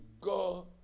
go